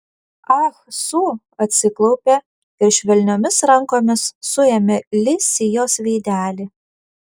ah su atsiklaupė ir švelniomis rankomis suėmė li sijos veidelį